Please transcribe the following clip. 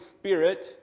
Spirit